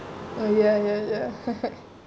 oh ya ya ya